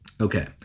Okay